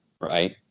right